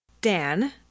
Dan